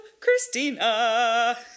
Christina